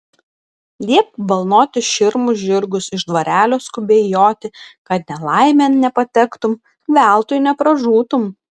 liepk balnoti širmus žirgus iš dvarelio skubiai joti kad nelaimėn nepatektum veltui nepražūtum